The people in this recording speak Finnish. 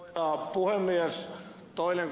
toisin kuin ed